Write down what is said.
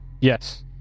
Yes